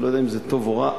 אני לא יודע אם זה טוב או רע,